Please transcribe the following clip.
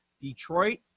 Detroit